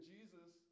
Jesus